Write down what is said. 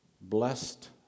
Blessed